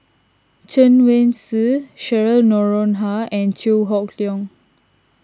Chen Wen Hsi Cheryl Noronha and Chew Hock Leong